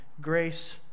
grace